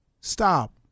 Stop